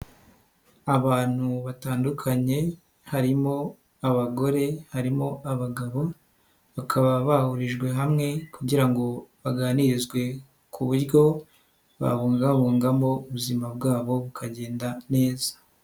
Abantu batandukanye harimo abagore, harimo abagabo, bakaba bahurijwe hamwe kugira ngo baganirizwe ku buryo babungabungamo ubuzima bwabo bukagenda neza.